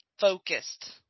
focused